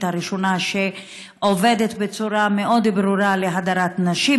הראשונה שעובדת בצורה מאוד ברורה להדרת נשים.